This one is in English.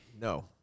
No